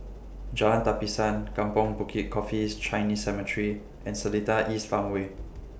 Jalan Tapisan Kampong Bukit Coffees Chinese Cemetery and Seletar East Farmway